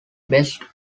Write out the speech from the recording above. best